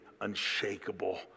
unshakable